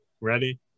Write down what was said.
Ready